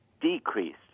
decreased